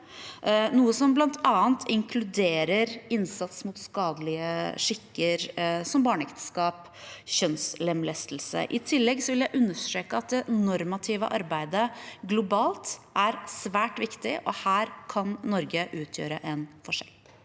noe som bl.a. inkluderer innsats mot skadelige skikker som barneekteskap og kjønnslemlestelse. I tillegg vil jeg understreke at det normative arbeidet globalt er svært viktig, og her kan Norge utgjøre en forskjell.